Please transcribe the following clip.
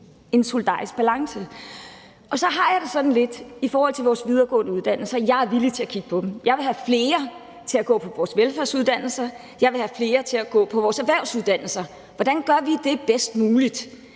en solidarisk balance. Så har jeg det lidt sådan i forhold til vores videregående uddannelser, at jeg er villig til at kigge på dem. Jeg vil have flere til at gå på vores velfærdsuddannelser, og jeg vil have flere til at gå på vores erhvervsuddannelser. Hvordan gør vi det bedst muligt?